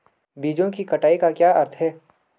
बीजों की कटाई का क्या अर्थ है?